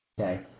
Okay